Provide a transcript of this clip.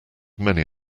many